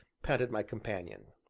panted my companion.